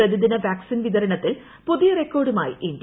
പ്രതിദിന വാക്സിൻ വിതരണത്തിൽ പുതിയു റെക്കോർഡുമായി ഇന്ത്യ